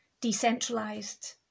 decentralized